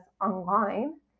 online